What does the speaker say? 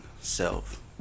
self